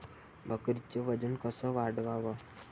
बकरीचं वजन कस वाढवाव?